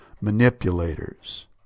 manipulators